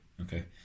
Okay